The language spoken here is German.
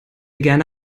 gerne